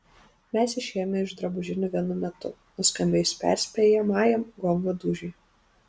mes išėjome iš drabužinių vienu metu nuskambėjus perspėjamajam gongo dūžiui